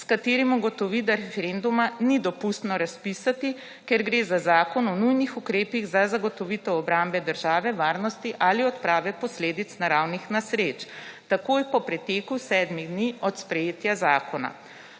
s katerim ugotovi, da referenduma ni dopustno razpisati, ker gre za zakon o nujnih ukrepih za zagotovitev obrambe države, varnosti ali odprave posledic naravnih nesreč, takoj po preteku sedmih dni od sprejetja zakona.